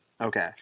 Okay